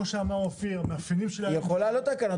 שאמר אופיר מאפיינים --- היא יכולה לקבוע תקנות,